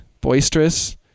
boisterous